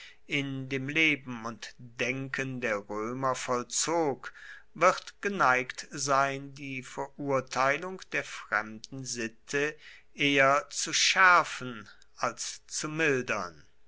in dem leben und denken der roemer vollzog wird geneigt sein die verurteilung der fremden sitte eher zu schaerfen als zu mildern